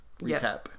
recap